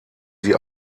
sie